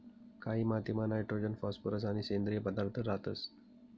कायी मातीमा nitrogen phosphorus आणि सेंद्रिय पदार्थ रातंस